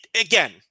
Again